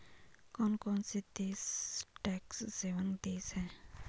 कौन कौन से देश टैक्स हेवन देश हैं?